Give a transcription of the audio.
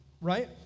right